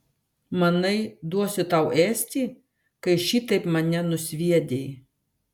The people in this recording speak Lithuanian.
manai duosiu tau ėsti kai šitaip mane nusviedei